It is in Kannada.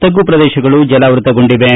ತಗ್ಗು ಪ್ರದೇಶಗಳು ಜಲಾವ್ಸತಗೊಂಡಿವೆ